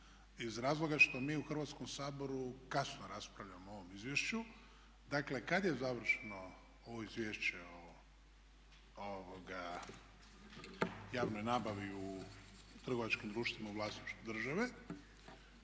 iz razloga što mi u Hrvatskom saboru kasno raspravljamo o ovom izvješću. Dakle, kad je završeno ovo izvješće o javnoj nabavi u trgovačkim društvima u vlasništvu države?